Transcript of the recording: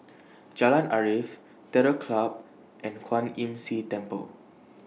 Jalan Arif Terror Club and Kwan Imm See Temple